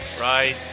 Right